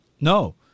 No